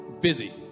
busy